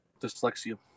Dyslexia